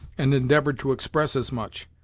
and endeavored to express as much,